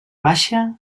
baixa